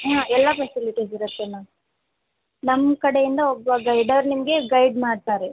ಹಾಂ ಎಲ್ಲ ಫೆಸಿಲಿಟೀಸ್ ಇರುತ್ತೆ ಮ್ಯಾಮ್ ನಮ್ಮ ಕಡೆಯಿಂದ ಒಬ್ಬ ಗೈಡರ್ ನಿಮಗೆ ಗೈಡ್ ಮಾಡ್ತಾರೆ